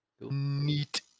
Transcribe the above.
Neat